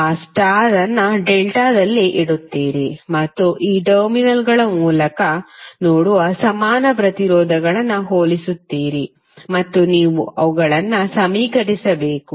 ಆ ಸ್ಟಾರ್ ಅನ್ನು ಡೆಲ್ಟಾದಲ್ಲಿ ಇಡುತ್ತೀರಿ ಮತ್ತು ಈ ಟರ್ಮಿನಲ್ಗಳ ಮೂಲಕ ನೋಡುವ ಸಮಾನ ಪ್ರತಿರೋಧಗಳನ್ನು ಹೋಲಿಸುತ್ತೀರಿ ಮತ್ತು ನೀವು ಅವುಗಳನ್ನು ಸಮೀಕರಿಸಬೇಕು